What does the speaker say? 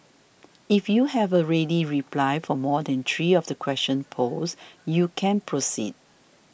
if you have a ready reply for more than three of the questions posed you can proceed